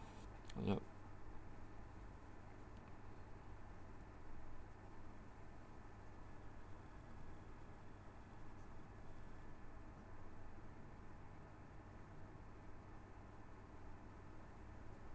yup